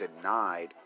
denied